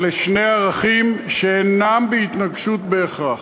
אלה שני ערכים שאינם בהתנגשות בהכרח.